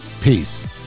Peace